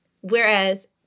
whereas